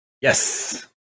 Yes